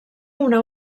una